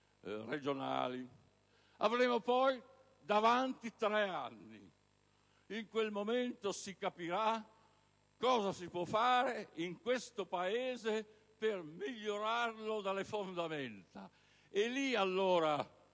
regionali. Avremo poi davanti a noi tre anni: in quel momento si capirà cosa si può fare in questo Paese per migliorarlo dalle fondamenta. E lì allora